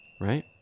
right